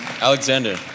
Alexander